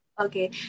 okay